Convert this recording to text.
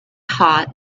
hot